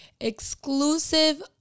exclusive